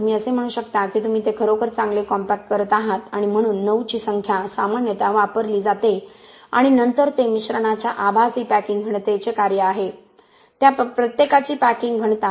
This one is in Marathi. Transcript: तुम्ही असे म्हणू शकता की तुम्ही ते खरोखर चांगले कॉम्पॅक्ट करत आहात आणि म्हणून 9 ची संख्या सामान्यत वापरली जाते आणि नंतर ते मिश्रणाच्या आभासी पॅकिंग घनतेचे कार्य आहे त्या प्रत्येकाची पॅकिंग घनता